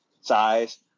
size